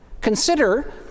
Consider